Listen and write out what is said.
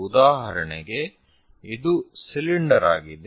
ಉದಾಹರಣೆಗೆ ಇದು ಸಿಲಿಂಡರ್ ಆಗಿದೆ